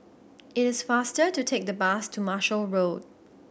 it is faster to take the bus to Marshall Road